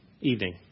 evening